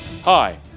Hi